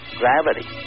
gravity